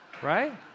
right